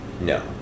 No